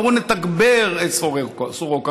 אמרו: נתגבר את סורוקה.